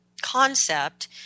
concept